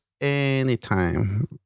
anytime